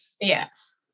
Yes